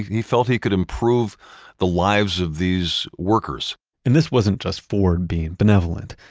he felt he could improve the lives of these workers and this wasn't just ford being benevolent,